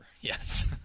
Yes